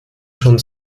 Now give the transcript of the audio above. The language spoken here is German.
schon